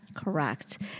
Correct